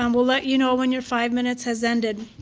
um will let you know when your five minutes has ended.